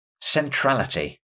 Centrality